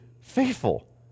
faithful